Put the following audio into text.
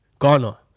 Ghana